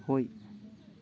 ꯍꯣꯏ